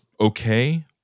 okay